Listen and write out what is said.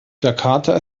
jakarta